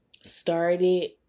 started